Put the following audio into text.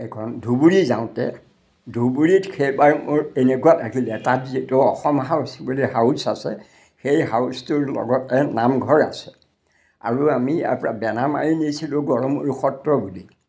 এখন ধুবুৰী যাওঁতে ধুবুৰীত সেইবাৰ মোৰ এনেকুৱা লাগিলে তাত যিটো অসম হাউচ বুলি হাউচ আছে সেই হাউচটোৰ লগতে নামঘৰ আছে আৰু আমি ইয়াৰ পৰা বেনাৰ মাৰি নিছিলোঁ গৰমূৰ সত্ৰ বুলি